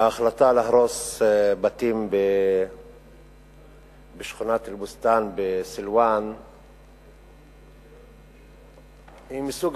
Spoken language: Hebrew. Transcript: ההחלטה להרוס בתים בשכונת אל-בוסתן בסילואן היא מסוג